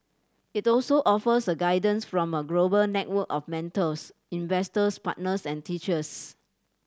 it also offers guidance from a global network of mentors investors partners and teachers